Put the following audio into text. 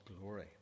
glory